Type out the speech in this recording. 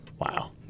Wow